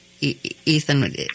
Ethan